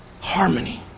Harmony